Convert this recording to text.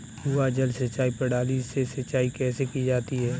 कुआँ जल सिंचाई प्रणाली से सिंचाई कैसे की जाती है?